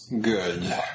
good